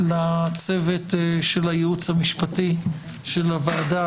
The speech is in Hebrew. לצוות של הייעוץ המשפטי של הוועדה,